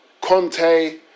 Conte